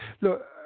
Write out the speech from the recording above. Look